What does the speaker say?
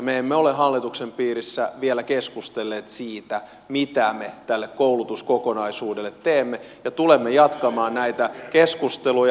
me emme ole hallituksen piirissä vielä keskustelleet siitä mitä me tälle koulutuskokonaisuudelle teemme ja tulemme jatkamaan näitä keskusteluja